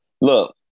Look